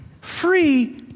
Free